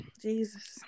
Jesus